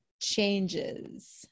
changes